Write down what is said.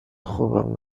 خوبم